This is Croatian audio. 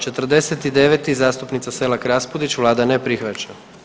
49. zastupnica Selak Raspudić, vlada ne prihvaća.